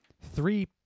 three